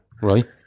Right